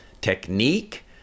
technique